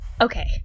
Okay